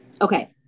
Okay